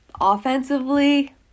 Offensively